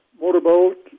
motorboat